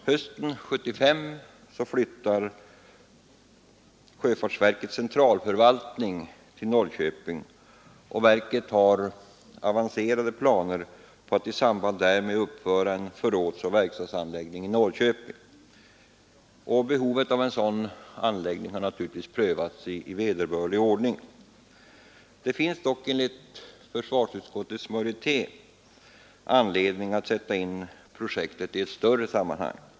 Hösten 1975 flyttar sjöfartsverkets centralförvaltning till Norrköping, och verket har avancerade planer på att i samband därmed uppföra en förrådsoch verkstadsanläggning i Norrköping. Behovet av en sådan anläggning har naturligtvis prövats i vederbörlig ordning. Det finns dock, enligt försvarsutskottets majoritet, anledning att sätta in projektet i ett större sammanhang.